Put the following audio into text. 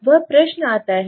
वह प्रश्न आता है